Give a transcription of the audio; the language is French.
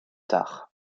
tard